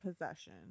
possession